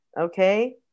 Okay